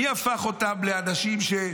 מי הפך אותם לאנשים של: